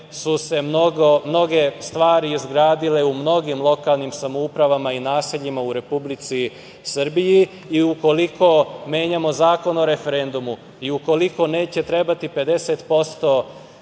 su se mnoge stvari izgradile u mnogim lokalnim samoupravama i naseljima u Republici Srbiji. Ukoliko menjamo Zakon o referendumu i ukoliko neće trebati 50%